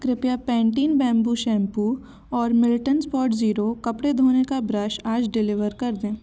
कृपया Pantene bamboo shampoo और Milton spot zero कपड़े धोने का ब्रश आज डिलीवर कर दें